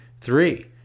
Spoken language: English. Three